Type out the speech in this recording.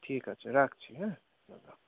ঠিক আছে রাখছি হ্যাঁ দাদা